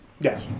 Yes